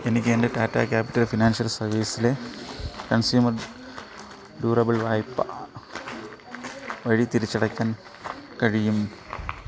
എനിക്കെൻ്റെ Tata Capital Financial സർവീസസിലെ consumer durable വായ്പ വഴി തിരിച്ചടയ്ക്കാൻ കഴിയും